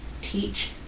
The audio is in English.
teach